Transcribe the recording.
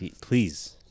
Please